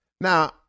Now